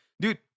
dude